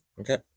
Okay